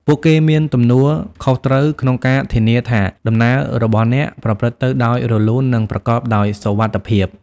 ពួកគេមានទំនួលខុសត្រូវក្នុងការធានាថាដំណើររបស់អ្នកប្រព្រឹត្តទៅដោយរលូន និងប្រកបដោយសុវត្ថិភាព។